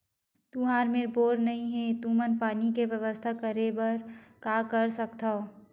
तुहर मेर बोर नइ हे तुमन पानी के बेवस्था करेबर का कर सकथव?